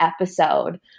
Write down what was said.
episode